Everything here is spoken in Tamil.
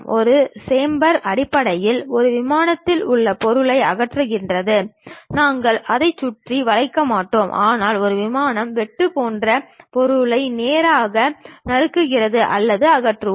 ஒரு சேம்பர் அடிப்படையில் ஒரு விமானத்தில் உள்ள பொருளை அகற்றுகிறது நாங்கள் அதை சுற்றி வளைக்க மாட்டோம் ஆனால் ஒரு விமானம் வெட்டு போன்ற பொருட்களை நேராக நறுக்குகிறோம் அல்லது அகற்றுவோம்